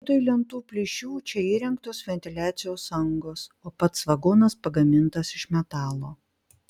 vietoj lentų plyšių čia įrengtos ventiliacijos angos o pats vagonas pagamintas iš metalo